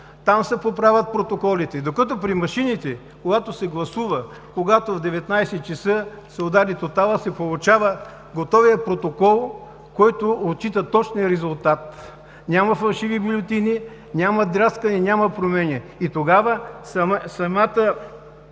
Там се поправят протоколите. Докато при машините, когато в 19,00 ч. се удари тоталът, се получава готовият протокол, който отчита точния резултат – няма фалшиви бюлетини, няма драскане, няма промяна. Тогава на самата